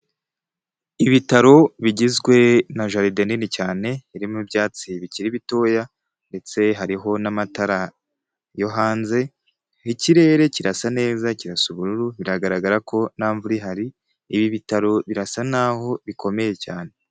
Ibitaro bigizwe na jaride nini cyane irimo ibyatsi bikiri bitoya ndetse hariho n'amatara yo hanze, ikirere kirasa neza kirasa ubururu biragaragara ko nta mvura ihari, ibi bitaro birasa naho bikomeye cyane.